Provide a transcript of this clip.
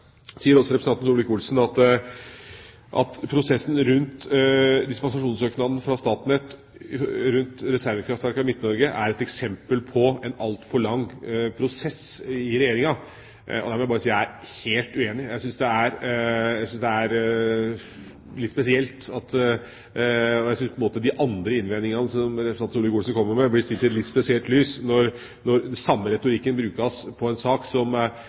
sier også representanten Solvik-Olsen at prosessen rundt dispensasjonssøknaden fra Statnett angående reservekraftverkene i Midt-Norge er et eksempel på en altfor lang prosess i Regjeringa. Der må jeg bare si at jeg er helt uenig. Jeg synes de andre innvendingene som representanten Solvik-Olsen kommer med, blir stilt i et litt spesielt lys når den samme retorikken brukes på en sak